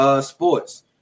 Sports